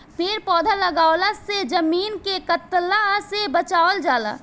पेड़ पौधा लगवला से जमीन के कटला से बचावल जाला